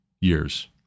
years